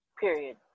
Period